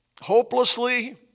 Hopelessly